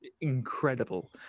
incredible